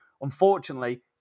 Unfortunately